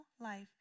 life